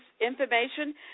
information